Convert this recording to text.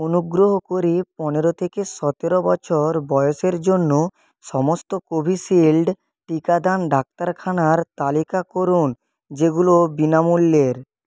অনুগ্রহ করে পনেরো থেকে সতেরো বছর বয়সের জন্য সমস্ত কোভিশিল্ড টিকাদান ডাক্তারখানার তালিকা করুন যেগুলো বিনামূল্যের